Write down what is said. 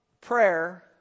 prayer